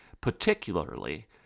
particularly